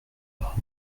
grammes